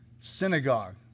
synagogue